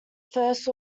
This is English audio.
first